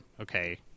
Okay